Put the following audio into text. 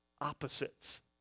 opposites